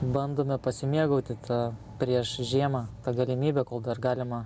bandome pasimėgauti ta prieš žiemą ta galimybe kol dar galima